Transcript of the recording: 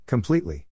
Completely